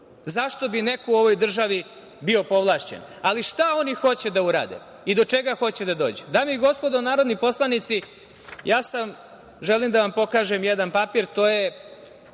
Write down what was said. Zašto bi neko u ovoj državi bio povlašćen? Šta oni hoće da urade i do čega hoće da dođu? Dame i gospodo narodni poslanici, želim da vam pokažem jedan papir, to je